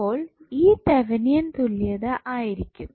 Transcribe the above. അപ്പോൾ ഇത് തെവിനിയൻ തുല്യത ആയിരിക്കും